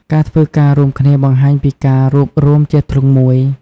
ការធ្វើការរួមគ្នាបង្ហាញពីការរួបរួមជាធ្លុងមួយ។